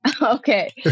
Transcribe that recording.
Okay